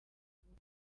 vuba